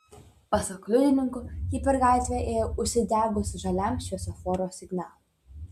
pasak liudininkų ji per gatvę ėjo užsidegus žaliam šviesoforo signalui